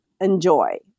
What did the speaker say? enjoy